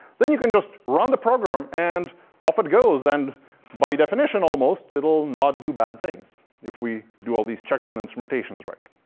then you can just run the program and off it goes. and by definition almost, it will not do bad things, if we do all these checks and instrumentation making